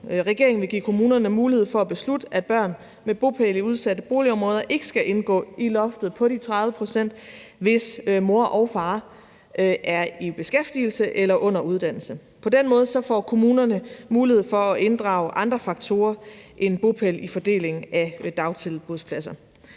Regeringen vil give kommunerne mulighed for at beslutte, at børn med bopæl i udsatte boligområder ikke skal indgå i loftet på de 30 pct., hvis mor og far er i beskæftigelse eller under uddannelse. På den måde får kommunerne mulighed for at inddrage andre faktorer end bopæl ved fordelingen af dagtilbudspladser.